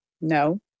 No